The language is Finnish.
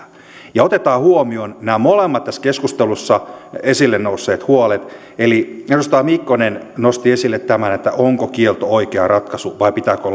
ja otetaan huomioon nämä molemmat tässä keskustelussa esille nousseet huolet edustaja mikkonen nosti esille tämän että onko kielto oikea ratkaisu vai pitääkö